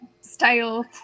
style